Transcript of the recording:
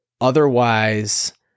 otherwise